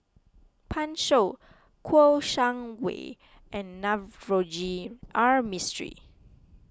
Pan Shou Kouo Shang Wei and Navroji R Mistri